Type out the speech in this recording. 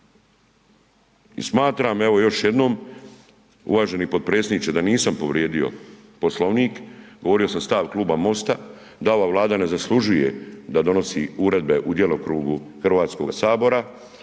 I smatram, evo još jednom uvaženi potpredsjedniče da nisam povrijedio Poslovnik, govorio sam stav Kluba MOST-a, da ova Vlada ne zaslužuje da donosi uredbe u djelokrugu Hrvatskoga sabora,